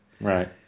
Right